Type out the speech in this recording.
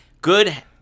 Good